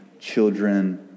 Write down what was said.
children